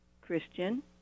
christian